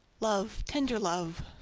love, tender love.